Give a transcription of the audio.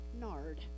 nard